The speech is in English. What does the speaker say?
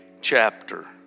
chapter